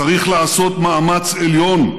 צריך לעשות מאמץ עליון,